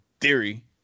theory